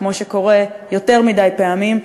כמו שקורה יותר מדי פעמים,